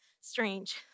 strange